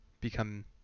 become